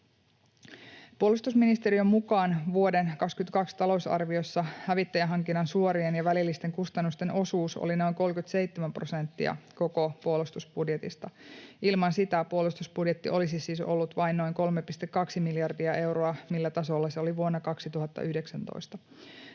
Puolustusministeriön mukaan vuoden 22 talousarviossa hävittäjähankinnan suorien ja välillisten kustannusten osuus oli noin 37 prosenttia koko puolustusbudjetista. Ilman sitä puolustusbudjetti olisi siis ollut vain noin 3,2 miljardia euroa, millä tasolla se oli vuonna 2019.